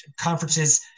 conferences